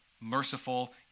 merciful